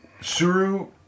Suru